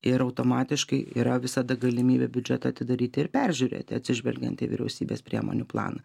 ir automatiškai yra visada galimybė biudžetą atidaryti ir peržiūrėti atsižvelgiant į vyriausybės priemonių planą